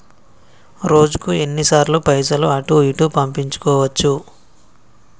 రోజుకు ఎన్ని సార్లు పైసలు అటూ ఇటూ పంపించుకోవచ్చు?